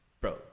bro